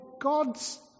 God's